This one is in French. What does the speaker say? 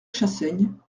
chassaigne